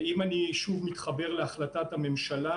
(שקף שכותרתו: יישום החלטת הממשלה